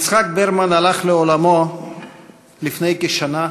יצחק ברמן הלך לעולמו לפני כשנה,